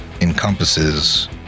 encompasses